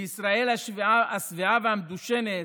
בישראל השבעה והמדושנת,